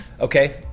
Okay